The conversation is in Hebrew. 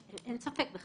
אין ספק.